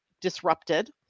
disrupted